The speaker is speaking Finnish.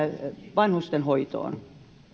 vanhustenhoitoon